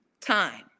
time